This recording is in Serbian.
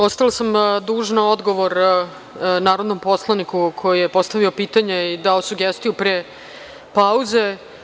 Ostala sam dužna odgovor narodnom poslaniku koji je postavio pitanje i dao sugestiju pre pauze.